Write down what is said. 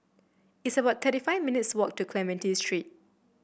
it's about thirty five minutes' walk to Clementi Street